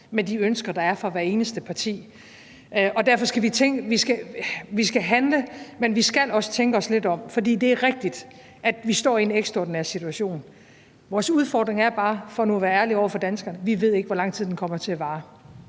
med de ønsker, der er fra hvert eneste parti. Vi skal handle, men vi skal også tænke os lidt om, fordi det er rigtigt, at vi står i en ekstraordinær situation. Vores udfordring er bare, for nu at være ærlig over for danskerne, at vi ikke ved, hvor lang tid den kommer til at vare.